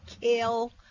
kale